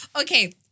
Okay